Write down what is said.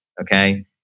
okay